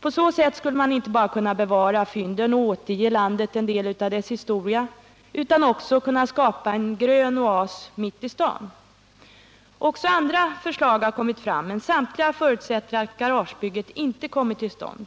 På så sätt skulle man inte bara kunna bevara fynden och återge landet en del av dess historia utan också kunna skapa en grön oas mitt i staden. Också andra förslag har kommit fram, men samtliga förutsätter att garagebygget inte kommer till stånd.